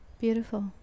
Beautiful